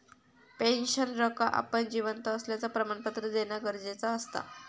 पेंशनरका आपण जिवंत असल्याचा प्रमाणपत्र देना गरजेचा असता